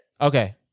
Okay